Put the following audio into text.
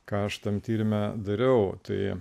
ką aš tam tyrime dariau tai